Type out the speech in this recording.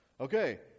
Okay